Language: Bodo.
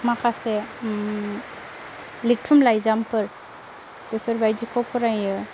माखासे लिरथुम लाइजामफोर बेफोरबायदिखौ फरायो